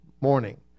morning